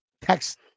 text